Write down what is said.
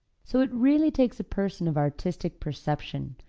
so it really takes a person of artistic perception,